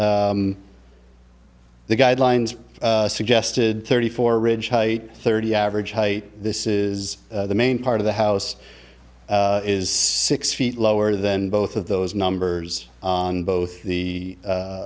the guidelines suggested thirty four ridge height thirty average height this is the main part of the house is six feet lower than both of those numbers on both the